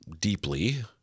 deeply